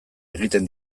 egiten